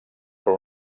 per